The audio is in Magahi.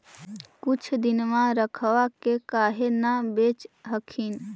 कुछ दिनमा रखबा के काहे न बेच हखिन?